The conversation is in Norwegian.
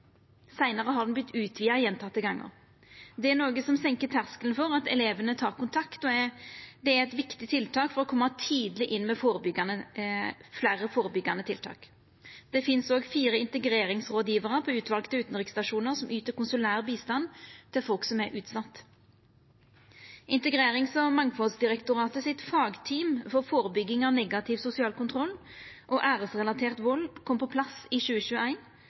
Seinare har ho vorte utvida fleire gonger. Det er noko som senkar terskelen for at elevane tek kontakt, og det er eit viktig tiltak for å koma tidleg inn med fleire førebyggjande tiltak. Det finst òg fire integreringsrådgjevarar på utvalde utanriksstasjonar som yter konsulær bistand til folk som er utsette. For det andre kom Integrerings- og mangfaldsdirektoratet sitt fagteam for førebygging av negativ sosial kontroll og æresrelatert vald på plass i